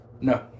No